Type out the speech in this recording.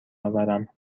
آورم